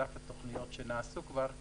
על אף התוכניות שכבר נעשו,